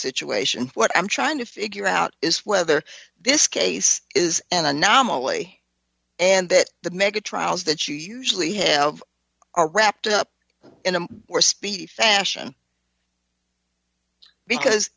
situation what i'm trying to figure out is whether this case is an anomaly and that the mega trials that you usually have are wrapped up in a speedy fashion because